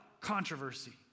Controversy